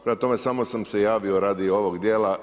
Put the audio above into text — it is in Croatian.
Prema tome, samo sam se javio radi ovog dijela.